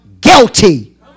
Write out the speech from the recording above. guilty